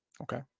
okay